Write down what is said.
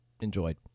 Enjoyed